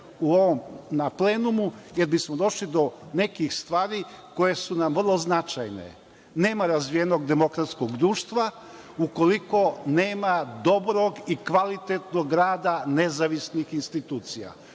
često i na plenumu, jer bismo došli do nekih stvari koje su nam vrlo značajne. Nema razvijenog demokratskog društva ukoliko nema dobrog i kvalitetnog rada nezavisnih institucija.